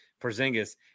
Porzingis